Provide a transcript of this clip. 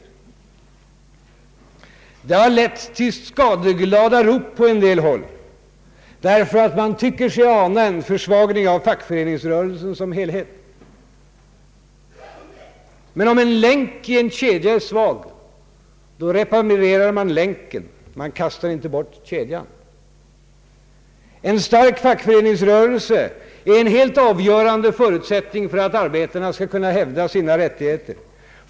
Detta har lett till skadeglada rop från en del håll för att man tycker sig ana en försvagning av fackföreningsrörelsen som helhet. Men om en länk i en kedja är svag, då reparerar man länken. Man kastar inte bort kedjan. En stark fackföreningsrörelse är en helt avgörande förutsättning för att arbe tarna skall kunna få sina rättigheter tillgodosedda.